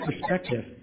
perspective